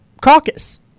caucus